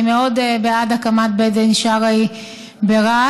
אני מאוד בעד הקמת בית דין שרעי ברהט,